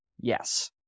Yes